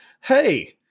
hey